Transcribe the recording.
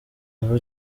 bava